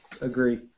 agree